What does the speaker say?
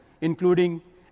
including